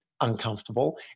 uncomfortable